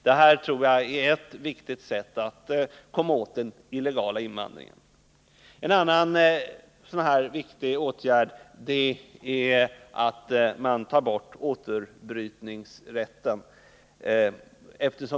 Jag tror att detta är ett viktigt sätt att komma åt den illegala invandringen. En annan viktig åtgärd är att man tar bort återbrytningsrätten.